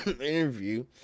interview